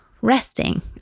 resting